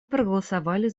проголосовали